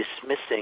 dismissing